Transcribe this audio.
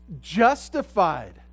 justified